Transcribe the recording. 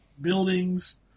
buildings